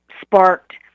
sparked